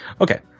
Okay